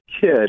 kid